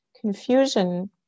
Confusion